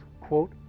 quote